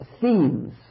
themes